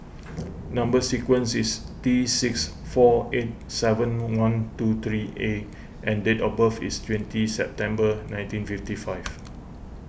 Number Sequence is T six four eight seven one two three A and date of birth is twenty September nineteen fifty five